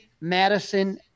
Madison